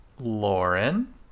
Lauren